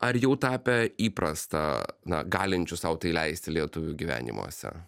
ar jau tapę įprasta na galinčių sau tai leisti lietuvių gyvenimuose